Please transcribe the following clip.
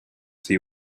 see